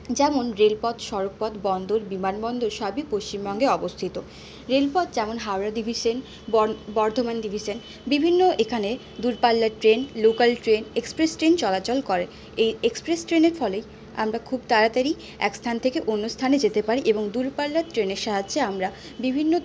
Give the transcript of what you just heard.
যেমন রেলপথ সড়কপথ বন্দর বিমানবন্দর সবই পশ্চিমবঙ্গে অবস্থিত রেলপথ যেমন হাওড়া ডিভিশন বর বর্ধমান ডিভিশন বিভিন্ন এখানে দূরপাল্লার train local train express train চলাচল করে এই এক্সপ্রেস ট্রেনের ফলে আমরা খুব তাড়াতাড়ি এক স্থান থেকে অন্য স্থানে যেতে পারি এবং দূরপাল্লার ট্রেনের সাহায্যে আমরা বিভিন্ন